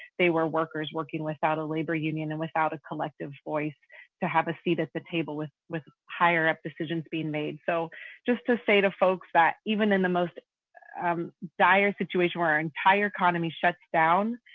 they were workers working without a labor union and without a collective voice to have a seat at the table with with higher up decisions being made. so just to say to folks that even in the most um dire situation where our entire economy shuts down,